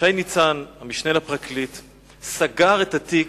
שי ניצן, המשנה לפרקליט, סגר את התיק